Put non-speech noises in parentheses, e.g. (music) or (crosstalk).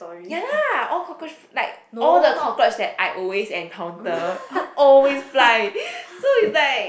ya lah all cockroach like all the cockroach that I always encounter (laughs) always fly so it's like